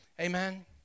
Amen